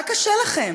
מה קשה לכם?